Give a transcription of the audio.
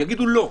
יגידו לא,